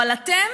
אבל אתם